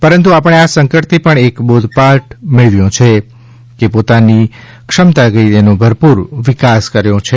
પરંતુ આપણે આ સંકટથી પણ એક બોધપાઠ મેળવ્યો છે કે પોતાની ક્ષમતાગઈ ઓનો ભરપૂર વિકાસ કર્યો છે